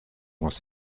was